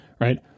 right